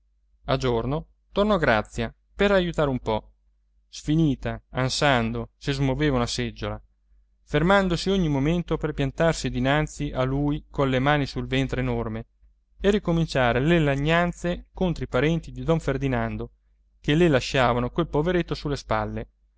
a giorno tornò grazia per aiutare un po sfinita ansando se smuoveva una seggiola fermandosi ogni momento per piantarsi dinanzi a lui colle mani sul ventre enorme e ricominciare le lagnanze contro i parenti di don ferdinando che le lasciavano quel poveretto sulle spalle